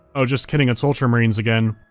oh, just kidding, it's ultramarines again,